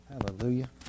Hallelujah